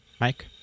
mike